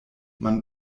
man